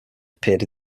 appeared